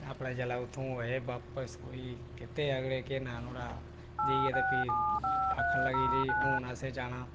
अपना जेल्लै ओह् उत्थों होए बापस कोई कीते अगड़े केह् नां नुआढ़ा जाइयै ते फ्ही आक्खना लगी जे हून असें जाना